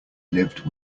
lived